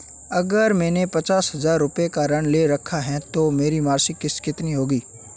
अगर मैंने पचास हज़ार रूपये का ऋण ले रखा है तो मेरी मासिक किश्त कितनी होगी?